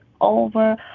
over